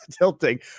tilting